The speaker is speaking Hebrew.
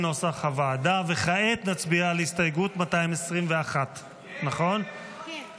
וכעת נצביע על הסתייגות 221. הצבעה.